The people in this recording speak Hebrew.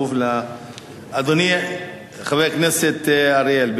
אדוני חבר הכנסת אורי אריאל,